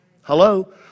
Hello